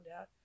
out